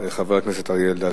חבר הכנסת אריה אלדד,